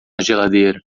geladeira